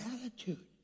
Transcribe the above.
attitude